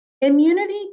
Immunity